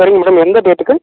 சரிங்க மேடம் எந்த டேட்டுக்கு